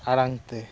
ᱟᱲᱟᱝ ᱛᱮ